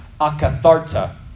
Akatharta